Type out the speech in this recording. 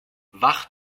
wach